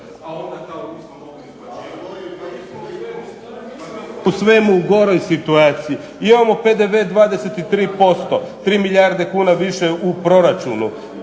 po svemu u goroj situaciji. Imamo PDV 23%, 3 milijarde kuna više u proračunu